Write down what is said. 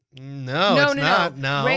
no no. no,